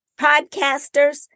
Podcasters